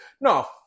no